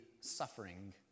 suffering